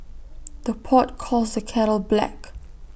the pot calls the kettle black